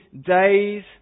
days